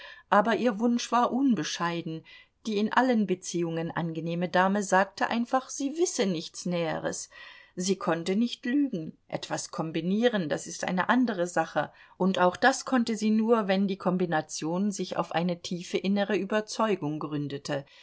aber ihr wunsch war unbescheiden die in allen beziehungen angenehme dame sagte einfach sie wisse nichts näheres sie konnte nicht lügen etwas kombinieren das ist eine andere sache und auch das konnte sie nur wenn die kombination sich auf eine tiefe innere überzeugung gründete